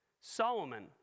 Solomon